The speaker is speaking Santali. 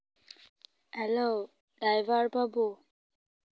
ᱦᱮᱞᱳ ᱰᱨᱟᱭᱵᱷᱟᱨ ᱵᱟᱹᱵᱩ